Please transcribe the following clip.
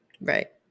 Right